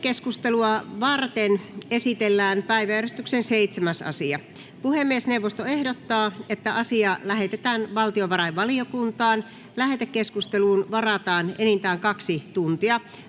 Lähetekeskustelua varten esitellään päiväjärjestyksen 7. asia. Puhemiesneuvosto ehdottaa, että asia lähetetään valtiovarainvaliokuntaan. Lähetekeskusteluun varataan enintään 2 tuntia.